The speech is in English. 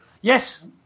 Yes